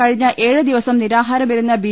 കഴിഞ്ഞ ഏഴ് ദിവസം നിരാഹാരമിരുന്ന ബി